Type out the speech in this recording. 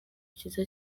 cyiza